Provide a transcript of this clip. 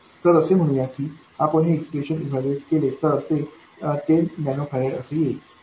तर असे म्हणू या की आपण हे एक्सप्रेशन इवैल्यूएट केले तर ते 10 नॅनो फॅरड असे येईल